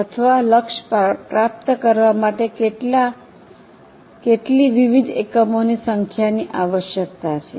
અથવા લક્ષ્ય પ્રાપ્ત કરવા માટે કેટલી વિવિધ એકમોની સંખ્યાની આવશ્યકતા છે